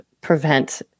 prevent